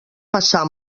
passar